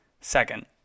second